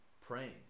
praying